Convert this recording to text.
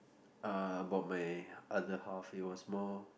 uh about my other half it was more